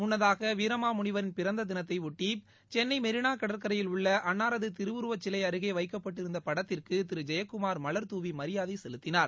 முன்னதாக வீரமாமுனிவரின் பிறந்த தினத்தைபொட்டி சென்னை மெினா கடற்கரையில் உள்ள அன்னாரது திருவுருவச் சிலை அருகே வைக்கப்பட்டிருந்த படத்திற்கு திரு ஜெயக்குமா் மல்துவி மரியாதை செலுத்தினார்